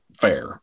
fair